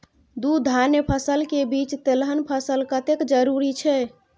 दू धान्य फसल के बीच तेलहन फसल कतेक जरूरी छे?